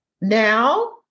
Now